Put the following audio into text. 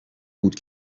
بود